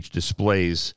displays